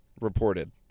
reported